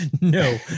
No